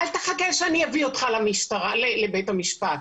אל תחכה שאני אביא אותך לבית המשפט,